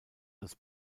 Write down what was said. als